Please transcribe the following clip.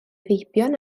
feibion